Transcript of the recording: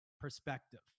perspective